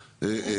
אוקיי?